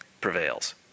prevails